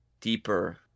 deeper